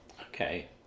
okay